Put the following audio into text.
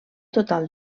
total